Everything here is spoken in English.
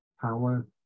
power